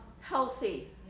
healthy